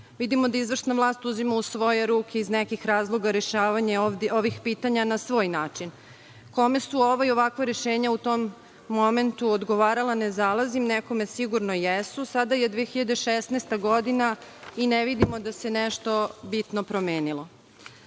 Vidimo da izvršna vlast uzima u svoje ruke iz nekih razloga rešavanje ovih pitanja na svoji način. Kome su ova i ovakva rešenja u tom momentu odgovarala ne zalazim, nekome sigurno jesu. Sada je 2016. godina i ne vidimo da se nešto bitno promenilo. Član